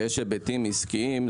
ויש היבטים עסקיים,